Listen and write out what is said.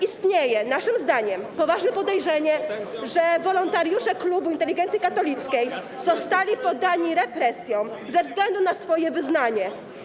Istnieje naszym zdaniem poważne podejrzenie, że wolontariusze Klubu Inteligencji Katolickiej zostali poddani represjom ze względu na swoje wyznanie.